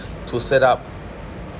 to set up